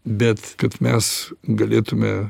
bet kad mes galėtume